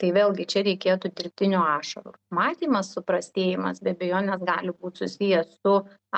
tai vėlgi čia reikėtų dirbtinių ašarų matymas suprastėjimas be abejonės gali būt susijęs su